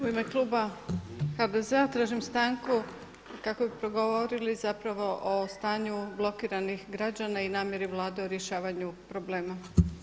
U ime kluba HDZ-a tražim stanku kako bi progovorili o stanju blokiranih građana i namjeri Vlade o rješavanju problema.